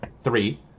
three